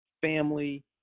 family